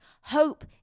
Hope